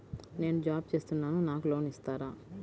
నేను జాబ్ చేస్తున్నాను నాకు లోన్ ఇస్తారా?